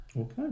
Okay